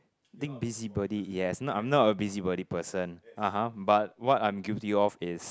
think busybody yes not I'm not a busybody person (uh huh) but what I'm guilty of is